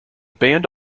band